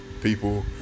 people